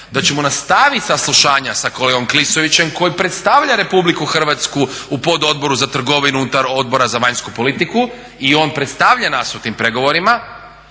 da ćemo nastaviti saslušanja sa kolegom Klisovićem koji predstavlja Republiku Hrvatsku u pododboru za trgovinu unutar Odbora za vanjsku politiku. I on predstavlja nas u tim pregovorima